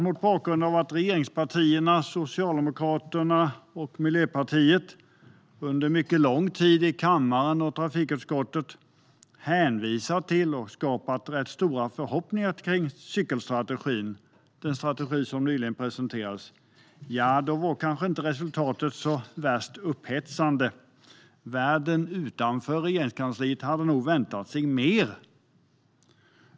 Mot bakgrund av att regeringspartierna Socialdemokraterna och Miljöpartiet under mycket lång tid i kammaren och trafikutskottet har hänvisat till och skapat rätt stora förhoppningar kring den cykelstrategi som nyligen presenterades är det klart att resultatet kanske inte var så värst upphetsande. Världen utanför Regeringskansliet hade nog väntat sig mer.